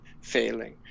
failing